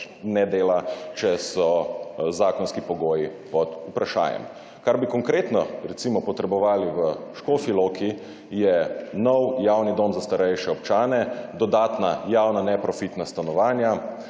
ne dela, če so zakonski pogoji pod vprašajem. Kar bi recimo konkretno potrebovali v Škofji Loki, je nov javni dom za starejše občane, dodatna javna neprofitna stanovanja,